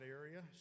area